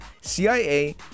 CIA